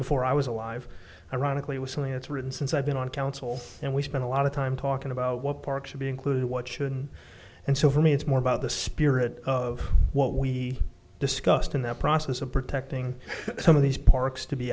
before i was alive ironically it was something that's written since i've been on council and we spent a lot of time talking about what parks should be included what shouldn't and so for me it's more about the spirit of what we discussed in that process of protecting some of these parks to be